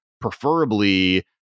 preferably